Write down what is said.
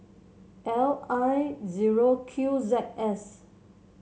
L I zero Q Z S